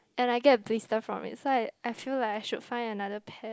and I get blister from it so I I feel like I should find another pair